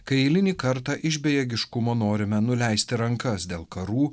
kai eilinį kartą iš bejėgiškumo norime nuleisti rankas dėl karų